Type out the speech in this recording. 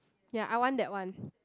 ya I want that one